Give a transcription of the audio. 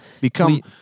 become